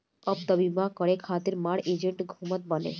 अब तअ बीमा करे खातिर मार एजेन्ट घूमत बाने